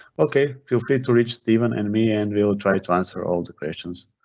okay. feel free to reach steven and me, and we'll try to to answer all the questions.